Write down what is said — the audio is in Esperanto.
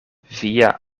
via